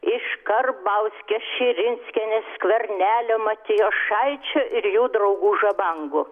iš karbauskio širinskienės skvernelio matijošaičio ir jų draugų žabangų